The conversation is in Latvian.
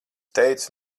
teicu